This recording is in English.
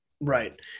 right